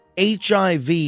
HIV